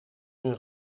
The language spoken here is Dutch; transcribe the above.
hun